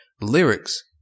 lyrics